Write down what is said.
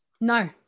No